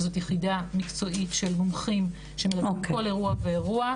זאת יחידה מקצועית של מומחים שמטפלים בכל אירוע ואירוע.